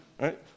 right